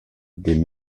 des